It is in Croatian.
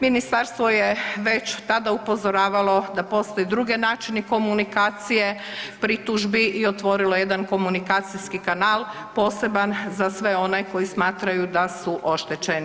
Ministarstvo je već tada upozoravalo da postoje drugi načini komunikacije, pritužbi i otvorilo jedan komunikacijski kanal poseban za sve one koji smatraju da su oštećeni.